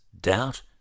doubt